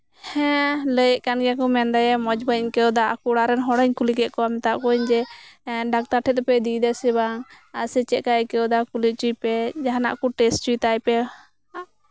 ᱦᱮᱸ ᱞᱟᱹᱭᱟᱹᱜ ᱠᱟᱱ ᱜᱮᱭᱟ ᱢᱚᱡᱽ ᱵᱟᱹᱧ ᱟᱹᱭᱠᱟᱹᱣᱫᱟ ᱟᱠᱚ ᱚᱲᱟᱜᱨᱮᱱ ᱦᱚᱲᱤᱧ ᱠᱩᱞᱤ ᱠᱮᱜ ᱠᱚᱣᱟ ᱢᱮᱛᱟᱜ ᱠᱚᱣᱟᱧ ᱡᱮ ᱰᱟᱠᱛᱟᱨ ᱴᱷᱮᱱ ᱫᱚᱯᱮ ᱤᱫᱤ ᱠᱟᱫᱮᱭᱟ ᱥᱮ ᱵᱟᱝ ᱥᱮ ᱪᱮᱫ ᱠᱟᱭ ᱟᱹᱭᱠᱟᱹᱣᱫᱟ ᱠᱩᱞᱤ ᱦᱚᱪᱚᱭᱮᱯᱮ ᱪᱮᱫ ᱠᱟ ᱢᱟᱭᱟᱝ ᱠᱚ ᱴᱮᱥᱴ ᱦᱚᱪᱚᱭ ᱛᱟᱭᱯᱮ